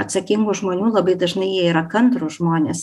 atsakingų žmonių labai dažnai jie yra kantrūs žmonės